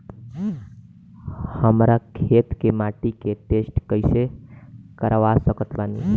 हमरा खेत के माटी के टेस्ट कैसे करवा सकत बानी?